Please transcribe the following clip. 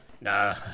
Nah